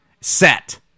Set